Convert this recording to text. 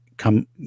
come